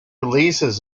releases